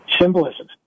symbolism